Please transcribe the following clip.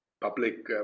public